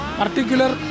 particular